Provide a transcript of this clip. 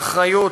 והאחריות,